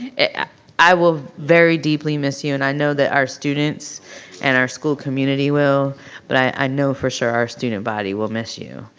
and i will very deeply miss you and i know that our students and our school community will but i know for sure our student body will miss you.